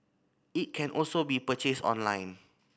it can also be purchased online